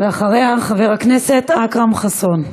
ואחריה, חבר הכנסת אכרם חסון.